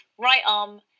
right-arm